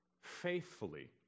faithfully